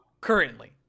currently